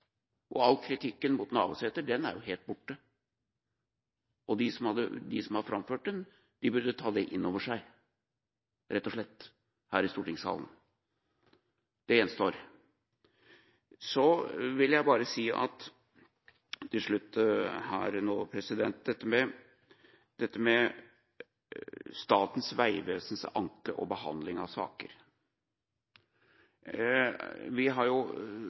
Og all kritikken mot Navarsete er nå helt borte. De som har framført den her i stortingssalen, burde ta det innover seg – rett og slett. Det gjenstår. Så vil jeg bare si til slutt nevne Statens vegvesens anke og behandling av saker. Vi har